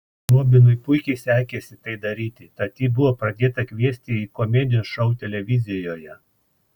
robinui puikiai sekėsi tai daryti tad jį buvo pradėta kviesti į komedijos šou televizijoje